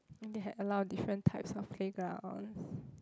and they had a lot of different types of playgrounds